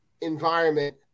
environment